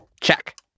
Check